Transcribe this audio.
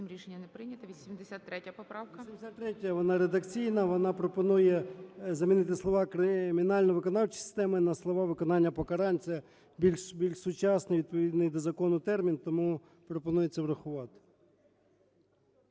вона редакційна. Вона пропонує замінити слова "кримінально-виконавчої системи" на слова "виконання покарань". Це більш сучасний і відповідний до закону термін, тому пропонується врахувати.